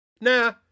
nah